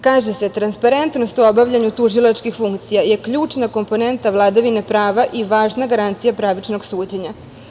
Kaže se: „Transparentnost u obavljanju tužilačkih funkcija je ključna komponenta vladavine prava i važna garancija pravičnog suđenja.